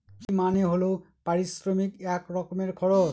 ফি মানে হল পারিশ্রমিক এক রকমের খরচ